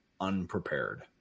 unprepared